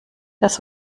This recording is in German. das